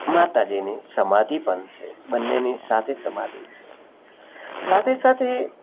માતાજીની સમાધિ પણ છે બંનેની સાથે સમાધિ છે સાથે સાથે